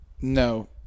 No